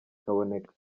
kaboneka